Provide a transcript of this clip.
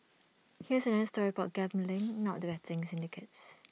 here's another story about gambling not betting syndicates